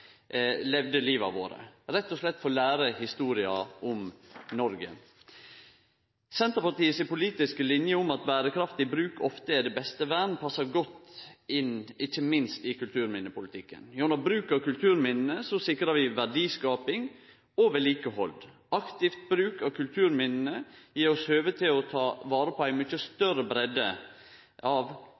rett og slett få lære historia om Noreg. Senterpartiet si politiske linje om at berekraftig bruk ofte er det beste vern, passar godt inn – ikkje minst i kulturminnepolitikken. Gjennom bruk av kulturminna sikrar vi verdiskaping og vedlikehald. Aktiv bruk av kulturminna gjev oss høve til å ta vare på ei mykje større breidd av